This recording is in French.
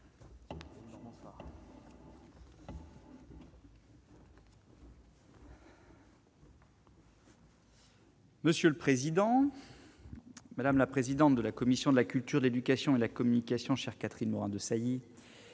Monsieur le président, madame la présidente de la commission de la culture, l'éducation et de la communication Chère Catherine Morin-Desailly,